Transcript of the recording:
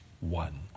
one